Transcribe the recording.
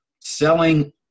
selling